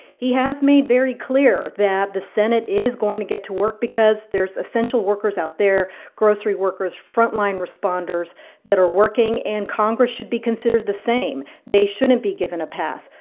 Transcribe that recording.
he has made very clear that the senate is going to get to work because there's essential workers out there grocery workers, frontline responders that are working, and congress should be considered the same. they shouldn't be given a pass.